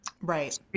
Right